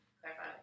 clarify